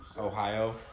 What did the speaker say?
Ohio